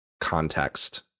context